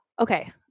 Okay